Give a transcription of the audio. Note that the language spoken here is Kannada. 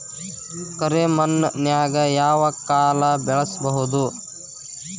ಕರೆ ಮಣ್ಣನ್ಯಾಗ್ ಯಾವ ಕಾಳ ಬೆಳ್ಸಬೋದು?